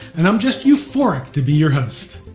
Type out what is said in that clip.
and i'm just euphoric to be your host.